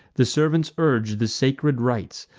the servants urge the sacred rites,